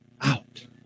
out